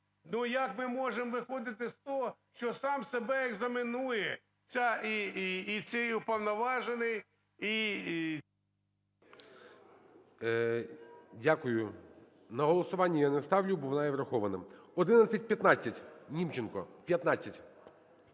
Ну, як ми можемо виходити з того, що сам себе екзаменує цей уповноважений